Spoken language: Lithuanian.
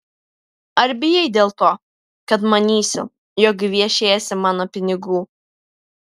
ar bijai dėl to kad manysiu jog gviešiesi mano pinigų